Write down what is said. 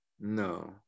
No